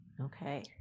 okay